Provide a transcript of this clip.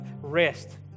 rest